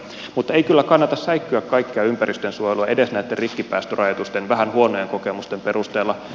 mutta ei kyllä kannatta säikkyä kaikkea ympäristönsuojelua edes näitten rikkipäästörajoitusten vähän huonojen kokemusten perusteella